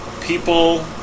people